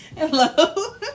hello